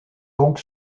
donc